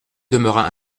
demeura